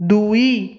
ଦୁଇ